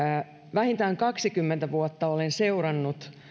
vähintään kaksikymmentä vuotta olen seurannut